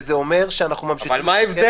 וזה אומר שאנחנו ממשיכים --- אבל מה ההבדל